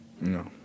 No